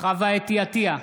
חוה אתי עטייה,